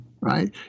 right